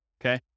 Okay